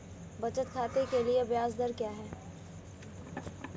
बचत खाते के लिए ब्याज दर क्या है?